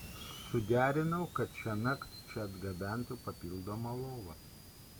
suderinau kad šiąnakt čia atgabentų papildomą lovą